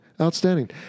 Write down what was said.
Outstanding